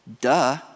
duh